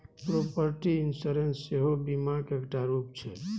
property insurance सेहो बीमाक एकटा रुप छै